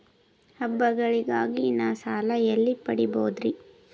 ಹಬ್ಬಗಳಿಗಾಗಿ ನಾ ಸಣ್ಣ ಸಾಲ ಎಲ್ಲಿ ಪಡಿಬೋದರಿ?